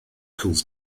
cools